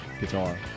guitar